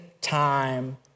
time